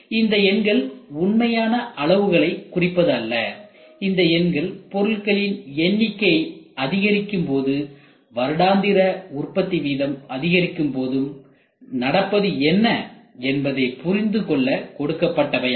இந்த எண்கள் உண்மையான அளவுகளை குறிப்பது அல்ல இந்த எண்கள் பொருட்களின் எண்ணிக்கை அதிகரிக்கும் போதும் வருடாந்திர உற்பத்தி வீதம் அதிகரிக்கும் போதும் நடப்பது என்ன என்பதை புரிந்துகொள்ள கொடுக்கப்பட்டவை ஆகும்